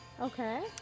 Okay